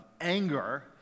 anger